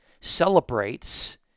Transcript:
celebrates